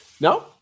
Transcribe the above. No